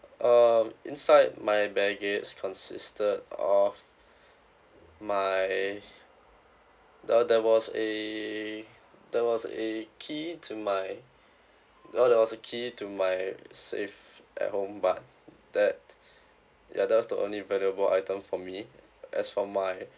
um inside my baggage consisted of my there there was a there was a key to my uh there was a key to my safe at home but that ya that was the only valuable item for me as for my